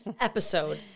episode